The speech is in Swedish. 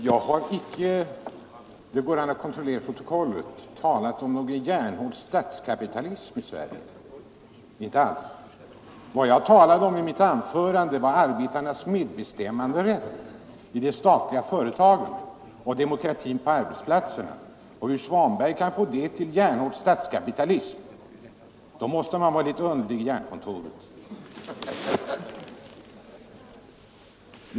Herr talman! Jag har icke — vilket framgår av protokollet — talat om någon järnhård statskapitalism i Sverige. Inte alls. Vad jag talade om i mitt anförande var arbetarnas medbestämmanderätt i de statliga företagen och om demokratin på arbetsplatserna. När herr Svanberg kan få detta till järnhård statskapitalism, måste han vara litet underlig i hjärnkontoret.